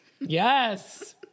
Yes